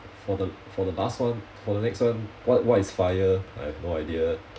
for the for the last one for the next one what what is FIRE I have no idea